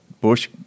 bush